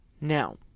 Now